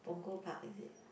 Punggol Park is it